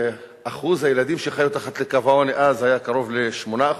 כשאחוז הילדים שחיו מתחת לקו העוני אז היה קרוב ל-8%,